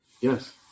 Yes